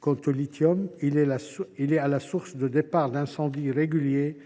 Quant au lithium, il est à la source de départs d’incendies réguliers